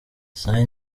ciney